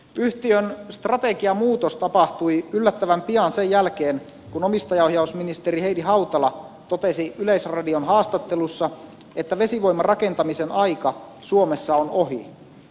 yhtiön strategiamuutos tapahtui yllättävän pian sen jälkeen kun omistajaohjausministeri heidi hautala totesi yleisradion haastattelussa että vesivoimarakentamisen aika suomessa on ohi